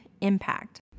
impact